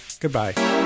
Goodbye